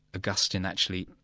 augustine actually,